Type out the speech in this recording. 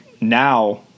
now